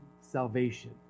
salvation